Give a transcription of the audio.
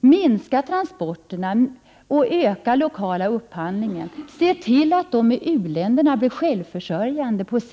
Minska antalet transporter och öka den lokala upphandlingen! Se till att människorna i u-länderna blir självförsörjande och producerar sin egen mat. 107 Prot.